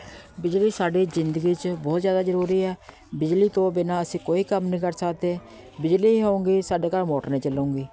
ਬਿਜਲੀ ਸਾਡੀ ਜ਼ਿੰਦਗੀ 'ਚ ਬਹੁਤ ਜ਼ਿਆਦਾ ਜ਼ਰੂਰੀ ਹੈ ਬਿਜਲੀ ਤੋਂ ਬਿਨਾਂ ਅਸੀਂ ਕੋਈ ਕੰਮ ਨਹੀਂ ਕਰ ਸਕਦੇ ਬਿਜਲੀ ਨਹੀਂ ਹੋਏਗੀ ਸਾਡੇ ਘਰ ਮੋਟਰ ਨਹੀਂ ਚੱਲੇਗੀ